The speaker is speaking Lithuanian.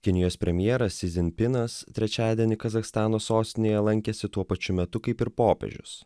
kinijos premjeras sizinpinas trečiadienį kazachstano sostinėje lankėsi tuo pačiu metu kaip ir popiežius